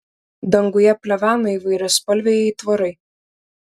danguje plevena įvairiaspalviai aitvarai